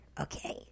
Okay